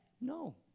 No